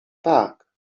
tak